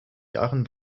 jahren